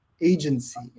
agency